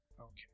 Okay